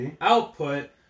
output